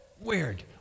Weird